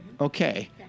Okay